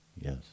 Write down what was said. yes